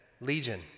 Legion